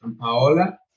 Paola